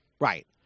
right